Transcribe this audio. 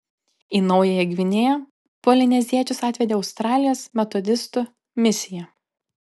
į naująją gvinėją polineziečius atvedė australijos metodistų misija